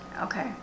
Okay